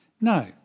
No